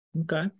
Okay